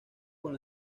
con